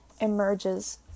emerges